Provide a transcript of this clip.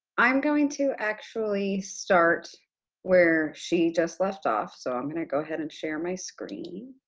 i'm going to actually start where she just left off. so, i'm gonna go ahead and share my screen